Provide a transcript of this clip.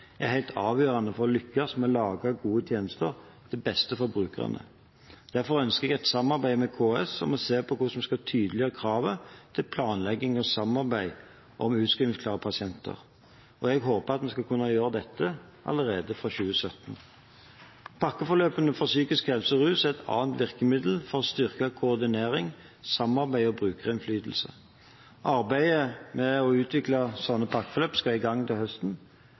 er helt avgjørende for å lykkes med å lage gode tjenester til beste for brukerne. Derfor ønsker jeg et samarbeid med KS om å se på hvordan vi kan tydeliggjøre kravene til planlegging og samarbeid om utskrivningsklare pasienter. Jeg håper at vi skal kunne gjøre dette allerede fra 2017. Pakkeforløpene for psykisk helse og rus er et annet viktig virkemiddel for å styrke koordinering, samarbeid og brukerinnflytelse. Arbeidet med å utvikle slike pakkeforløp skal i gang til høsten.